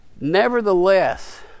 Nevertheless